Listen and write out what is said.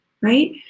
right